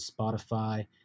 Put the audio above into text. Spotify